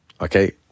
Okay